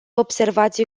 observații